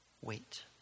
Wait